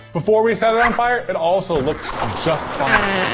before we set it on fire, it also looked just fine.